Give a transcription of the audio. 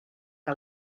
que